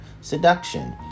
Seduction